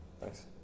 Thanks